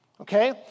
okay